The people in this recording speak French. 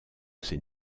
ses